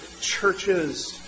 churches